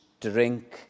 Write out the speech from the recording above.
drink